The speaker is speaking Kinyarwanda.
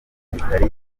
zitari